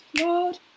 Lord